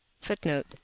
footnote